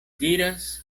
diras